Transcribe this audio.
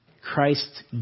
Christ